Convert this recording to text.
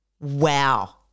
Wow